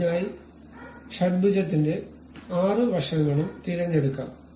അതിനായി ഷഡ്ഭുജത്തിന്റെ 6 വശങ്ങളും തിരഞ്ഞെടുക്കാം